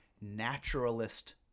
naturalist